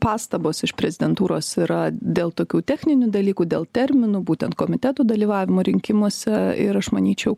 pastabos iš prezidentūros yra dėl tokių techninių dalykų dėl terminų būtent komitetų dalyvavimo rinkimuose ir aš manyčiau